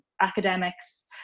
academics